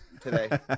today